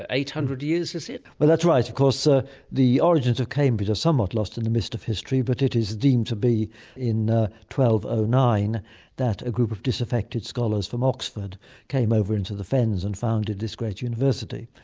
ah eight hundred years is it? well that's right. of course ah the origins of cambridge are somewhat lost in the mist of history but it is deemed to be in ah one nine that a group of disaffected scholars from oxford came over into the fens and founded this great university.